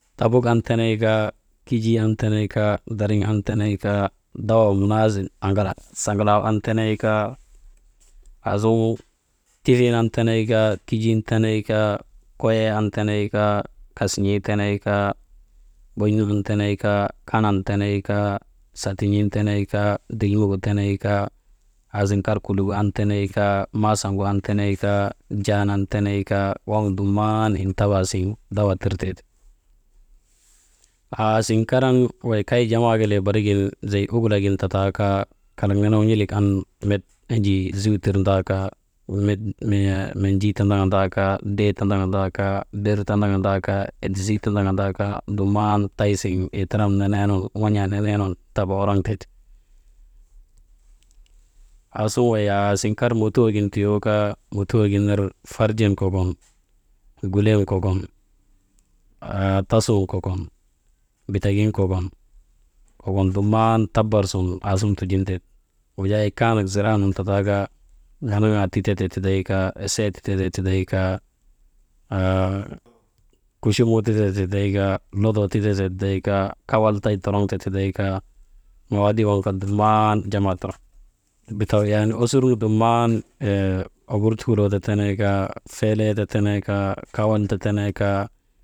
Tabuk an teney kaa kijii an teney kaa, dariŋ an teney kaa dawaa munaazin aŋalak saŋalagu an teney kaa, aasuŋun tifin an teney kaa, kijin an teney kaa, koyee an teney kaa kasin̰ii teney kaa, bon̰u an teney kaa, kanan tenen kaa, satan̰ii teney kaa dilmigu teney kaa, aasiŋ kar kuligu an teney kaa, maasan gu an teney kaa, jaan an teney kaa, waŋ dumman intaba siŋ dawa tirtee ti. Aa siŋ karan wey kay jama kelee bari gin zey ugulak gin tata kaa kalak nenegu n̰ilik an met enjii ziw tirndaa kaa, «hesitation» menjii tandaŋandaa kaa, dee tandaŋandaa kaa, ber tandaŋandaa kaa edisii tandaŋandaa kaa, dumman tay siŋen itaram nenee nun ŋan̰aa nenee nun dabaworoŋtee ti, aasuŋ wey aasiŋen kar motuwok gin tiyookaa motuwok gin ner farjen kokon, gulen kokon, haa tasun kokon, bitagin kokon dumnan, kokon dumman tabar sun aasuŋ tujintee ti. Wujaa ikaanak ziraa nun tata kaa, wanaŋaa tite tee tiday kaa, esee titetee tiday kaa, kuchumuu titetee tiday kaa, lodoo titetee tiday kaa, kawal tay toroŋtee tiday kaa, mawaadii waŋ kaa dumman jama toro, bitagu yaanii osur nu dumman oburtuŋuloo ti teenee kaa, feelee ti tenee kaa, kawal ti tinee kaa.